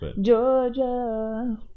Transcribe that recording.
Georgia